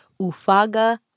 Ufaga